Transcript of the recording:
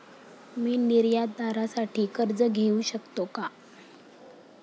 मी निर्यातदारासाठी कर्ज घेऊ शकतो का?